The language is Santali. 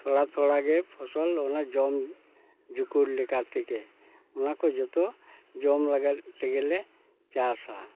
ᱛᱷᱚᱲᱟ ᱛᱷᱚᱲᱟᱜᱮ ᱯᱷᱚᱥᱚᱞ ᱚᱱᱟ ᱡᱚᱢ ᱡᱩᱠᱩᱲ ᱞᱮᱠᱟᱛᱮᱜᱮ ᱱᱚᱣᱟ ᱠᱚ ᱡᱚᱛᱚ ᱡᱚᱢ ᱞᱟᱹᱜᱤᱫ ᱛᱮᱜᱮ ᱞᱮ ᱪᱟᱥᱟ